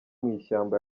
mw’ishyamba